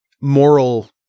moral